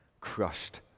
crushed